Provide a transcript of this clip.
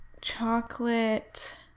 chocolate